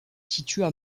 situent